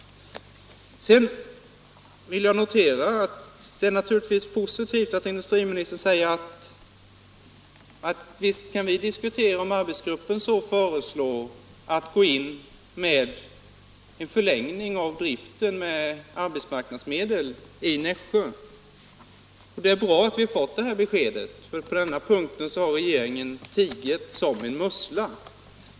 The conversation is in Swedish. Sedan vill jag notera att det naturligtvis är positivt att industriministern anser att man — om arbetsgruppen så föreslår — kan diskutera att gå in med en förlängning av driften i Nässjö med arbetsmarknadsmedel. Det är bra att vi har fått det beskedet; tidigare har regeringen på den punkten tigit som en mussla.